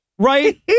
Right